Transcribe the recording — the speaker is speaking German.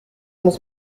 muss